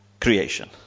creation